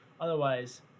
Otherwise